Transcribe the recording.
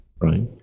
right